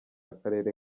akarere